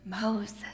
Moses